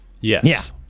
Yes